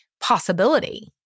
possibility